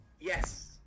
Yes